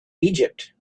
egypt